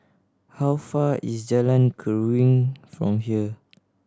how far is Jalan Keruing from here